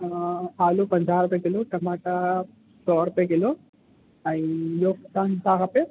आलू पंजाह रुपए किलो टमाटा सौ रुपए किलो ऐं ॿियो तव्हांखे छा खपे